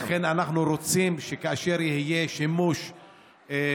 ולכן אנחנו רוצים שכאשר יהיה שימוש,